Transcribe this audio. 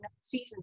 season